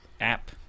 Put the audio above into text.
app